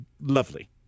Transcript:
lovely